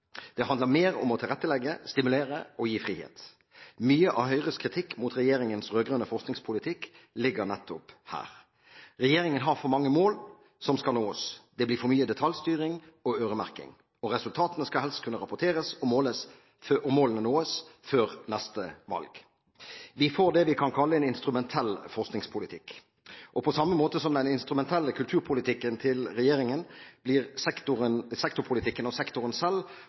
Det handler mer om å tilrettelegge, stimulere og gi frihet. Mye av Høyres kritikk mot regjeringens rød-grønne forskningspolitikk ligger nettopp her. Regjeringen har for mange mål som skal nås, det blir for mye detaljstyring og øremerking. Og resultatene skal helst kunne rapporteres og målene nås før neste valg. Vi får det vi kan kalle en instrumentell forskningspolitikk. På samme måte som den instrumentelle kulturpolitikken til regjeringen blir sektorpolitikken og sektoren selv